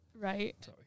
Right